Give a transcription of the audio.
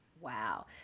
Wow